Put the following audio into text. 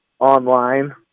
online